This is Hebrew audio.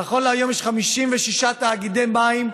נכון להיום יש 56 תאגידי מים,